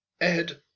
Ed